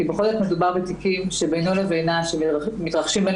כי בכל זאת מדובר בתיקים של בינו ובינה שמתרחשים בין